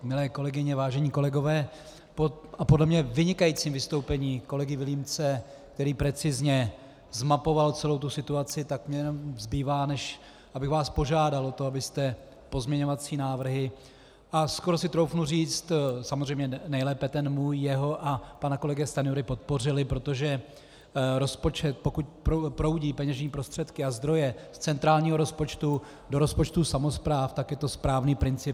Milé kolegyně, vážení kolegové a podle mě vynikající vystoupení kolegy Vilímce, který precizně zmapoval celou situaci, tak mně jenom zbývá, než abych vás požádal o to, abyste pozměňovací návrhy, a skoro si troufnu říct, samozřejmě nejlépe můj, jeho a pana kolegy Stanjury, podpořili, protože rozpočet, pokud proudí peněžní prostředky a zdroje z centrálního rozpočtu do rozpočtu samospráv, tak je to správný princip.